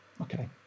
Okay